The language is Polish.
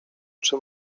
czy